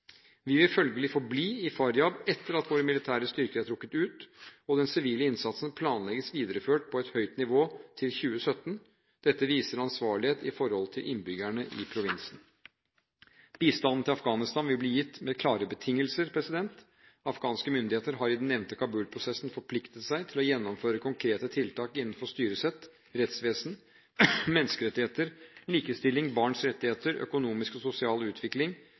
Vi vil følgelig forbli i Faryab etter at våre militære styrker er trukket ut, og den sivile innsatsen planlegges videreført på et høyt nivå til 2017. Dette viser ansvarlighet overfor innbyggerne i provinsen. Bistanden til Afghanistan vil bli gitt med klare betingelser. Afghanske myndigheter har i den nevnte Kabul-prosessen forpliktet seg til å gjennomføre konkrete tiltak innenfor styresett, rettsvesen, menneskerettigheter, likestilling, barns rettigheter, økonomisk og sosial utvikling,